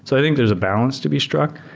so i think there's a balance to be struck.